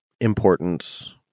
importance